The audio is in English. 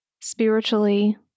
spiritually